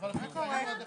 והאלימות שהיא משהו,